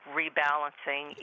rebalancing